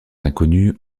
inconnues